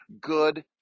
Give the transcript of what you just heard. good